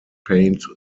paint